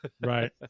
Right